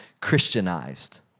Christianized